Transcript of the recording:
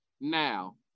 now